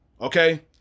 Okay